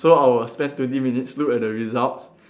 so I will spend twenty minutes look at the results